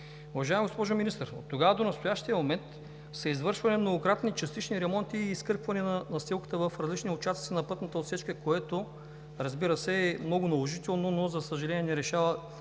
Уважаема госпожо Министър, оттогава до настоящия момент са извършвани многократни частични ремонти и изкърпване на настилката в различни участъци на пътната отсечка, което, разбира се, е много наложително, но, за съжаление, не решава